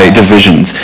divisions